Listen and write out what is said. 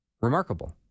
remarkable